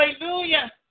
Hallelujah